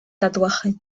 tatuaje